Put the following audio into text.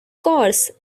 course